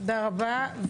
תודה רבה.